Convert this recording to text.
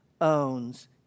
owns